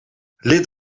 lid